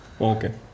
Okay